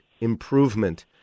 improvement